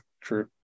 true